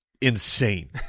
insane